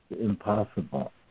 impossible